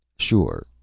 sure,